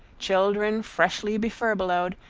children freshly befurbelowed,